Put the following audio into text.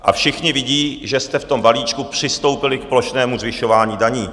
A všichni vidí, že jste v tom balíčku přistoupili k plošnému zvyšování daní.